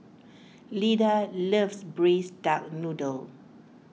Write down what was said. Lyda loves Braised Duck Noodle